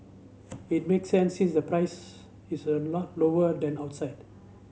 it makes sense since the price is a lot lower than outside